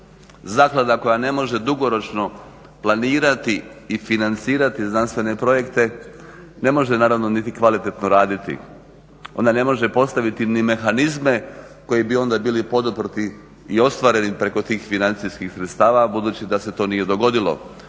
Zaklada koja ne može dugoročno planirati i financirati znanstvene projekte ne može naravno niti kvalitetno raditi. Ona ne može postaviti ni mehanizme koji bi onda bili poduprti i ostvareni preko tih financijskih sredstava budući da se to nije dogodilo